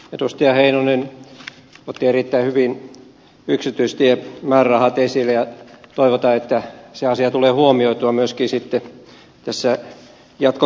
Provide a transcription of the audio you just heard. edustaja heinonen otti erittäin hyvin yksityistiemäärärahat esille ja toivotaan että se asia tulee huomioitua myöskin sitten jatkokeskusteluissa